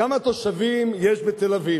כמה תושבים יש בתל-אביב,